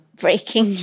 breaking